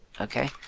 okay